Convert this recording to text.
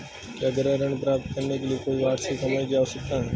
क्या गृह ऋण प्राप्त करने के लिए कोई वार्षिक कमाई की आवश्यकता है?